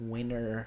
Winner